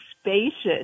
spacious